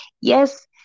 Yes